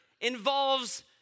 involves